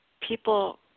people